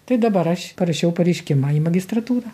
tai dabar aš parašiau pareiškimą į magistratūrą